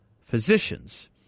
physicians